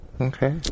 Okay